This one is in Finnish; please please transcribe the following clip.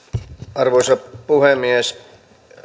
arvoisa puhemies